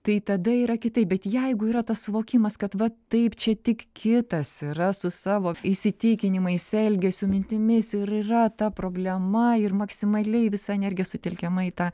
tai tada yra kitaip bet jeigu yra tas suvokimas kad va taip čia tik kitas yra su savo įsitikinimais elgesiu mintimis ir yra ta problema ir maksimaliai visa energija sutelkiama į tą